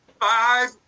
Five